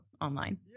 online